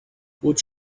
would